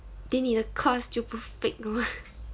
then 你的 course 就不 fake mah